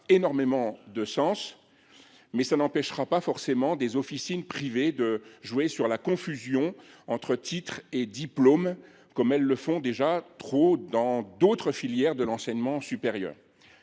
énormément de sens. Pourtant, cela n’empêchera pas forcément des officines privées de jouer sur la confusion entre titres et diplômes, comme elles le font déjà dans bien d’autres filières de l’enseignement supérieur.